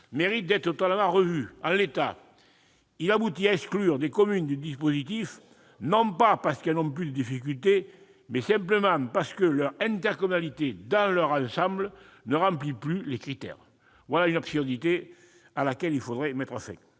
mérite d'être totalement revu. En l'état, il aboutit à exclure des communes du dispositif non pas parce qu'elles n'ont plus de difficultés, mais simplement parce que leur intercommunalité dans son ensemble ne remplit plus les critères. Voilà une absurdité à laquelle il faudrait mettre fin